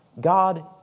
God